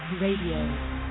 Radio